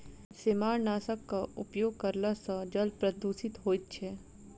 सेमारनाशकक उपयोग करला सॅ जल प्रदूषण होइत छै